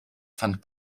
fand